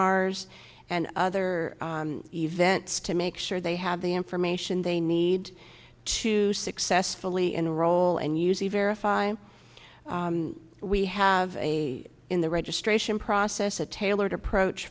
ars and other events to make sure they have the information they need to successfully enroll and use the verify we have a in the registration process a tailored approach